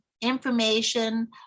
information